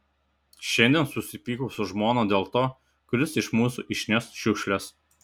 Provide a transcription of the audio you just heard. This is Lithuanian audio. šiandien susipykau su žmona dėl to kuris iš mūsų išneš šiukšles